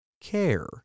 care